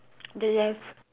don't have